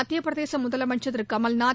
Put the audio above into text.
மத்திய பிரதேச முதலமைச்ச் திரு கமல்நாத்